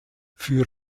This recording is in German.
für